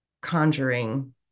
conjuring